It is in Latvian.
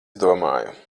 domāju